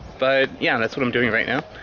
but yeah, that's what i'm doing right now,